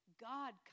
God